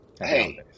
Hey